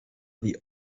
the